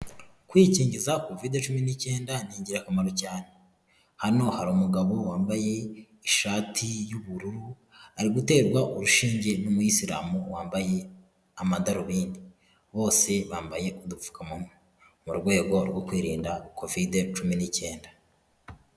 Kwikingiza Kovide cumi n'icyenda ni ingirakamaro cyane, hano hari umugabo wambaye ishati y'ubururu, ari guterwa urushinge n'umuyisilamu wambaye amadarubindi, bose bambaye udupfukamunwa mu rwego rwo kwirinda Kovide cumi n'icyenda.